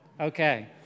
Okay